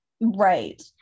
Right